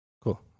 Cool